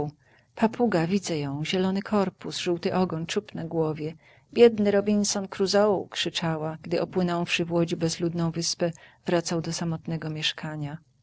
papuga widzę ją zielony korpus żółty ogon czub na głowie biedny robinson kruzoe krzyczała gdy opłynąwszy w łodzi bezludną wyspę wracał do samotnego mieszkania